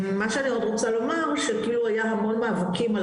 מה שאני עוד רוצה לומר שכאילו היה המון מאבקים על